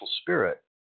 spirit